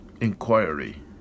Inquiry